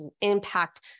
impact